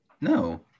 No